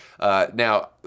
Now